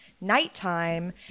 nighttime